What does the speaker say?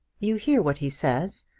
you hear what he says.